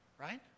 Right